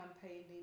campaigning